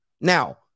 Now